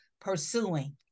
pursuing